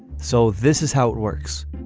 so this is how it works.